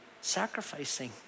sacrificing